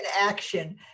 action